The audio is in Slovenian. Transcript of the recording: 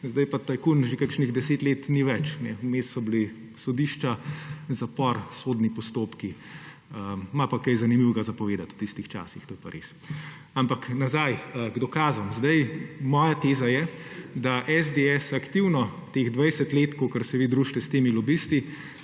zdaj pa tajkun že kakšnih deset let ni več. Vmes so bili sodišča, zapor, sodni postopki. Ima pa kaj zanimivega povedati o tistih časih, to je pa res. Ampak nazaj k dokazom. Moja teza je, da SDS aktivno teh 20 let, kolikor se vi družite s temi lobisti,